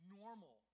normal